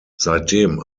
seitdem